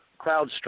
CrowdStrike